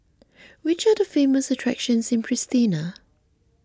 which are the famous attractions in Pristina